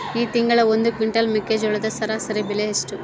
ಈ ತಿಂಗಳ ಒಂದು ಕ್ವಿಂಟಾಲ್ ಮೆಕ್ಕೆಜೋಳದ ಸರಾಸರಿ ಬೆಲೆ ಎಷ್ಟು?